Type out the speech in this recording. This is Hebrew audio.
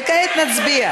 וכעת נצביע